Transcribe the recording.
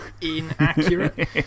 Inaccurate